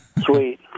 Sweet